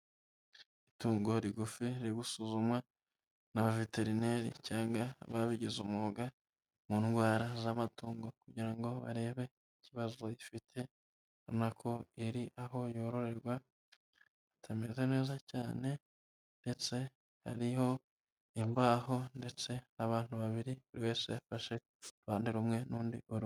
Itungo rigufi riri gusuzumwa na baveterineri cyangwa ababigize umwuga mu ndwara z'amatungo kugira ngo barebe ikibazo ifite, urabona ko iri aho yororerwa itameze neza cyane, ndetse hariho imbaho ndetse n'abantu babiri buri wese yafashe uruhande rumwe n'undi urundi.